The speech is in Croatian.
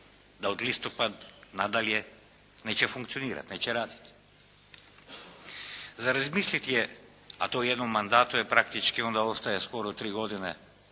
da od listopada nadalje neće funkcionirati, neće raditi. Za razmisliti je, a to u jednom mandatu jer praktički onda ostaje skoro tri godine,